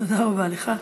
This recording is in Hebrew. תודה רבה לך.